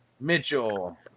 Mitchell